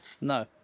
No